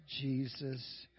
Jesus